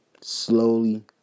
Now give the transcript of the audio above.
Slowly